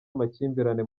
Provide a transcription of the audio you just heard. amakimbirane